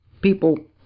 People